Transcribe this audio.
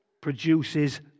produces